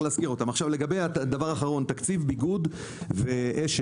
לגבי תקציב ביגוד ואש"ל.